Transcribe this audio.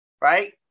right